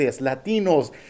latinos